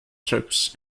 troops